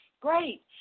great